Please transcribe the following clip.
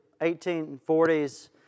1840s